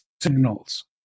signals